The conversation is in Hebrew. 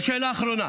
לשאלה האחרונה,